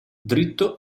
dritto